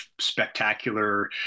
spectacular